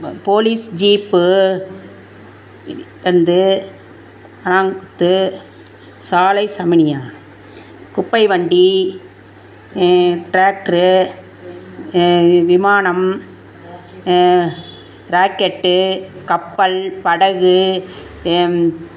police jeep வந்து அனாங்குத்து சாலை சமனியா குப்பை வண்டி ட்ராக்ட்ரு வி விமானம் ராக்கெட்டு கப்பல் படகு